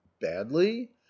badly